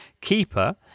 keeper